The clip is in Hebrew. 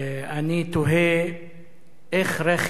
אני תוהה איך רכב